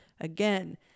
Again